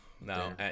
No